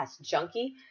junkie